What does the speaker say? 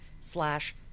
slash